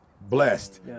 blessed